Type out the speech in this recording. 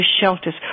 shelters